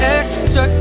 extra